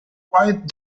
quiet